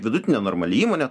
vidutinė normali įmonė